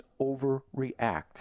overreact